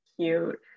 cute